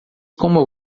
como